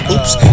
Oops